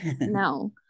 no